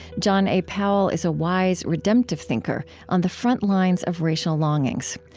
john a. powell is a wise, redemptive thinker on the frontlines of racial longings.